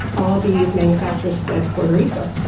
all these manufacturers fled puerto rico.